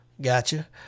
gotcha